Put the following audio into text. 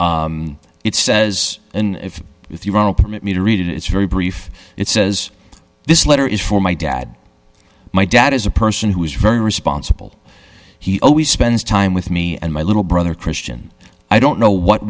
seuss it says if you will permit me to read it it's very brief it says this letter is for my dad my dad is a person who is very responsible he always spends time with me and my little brother christian i don't know what